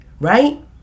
right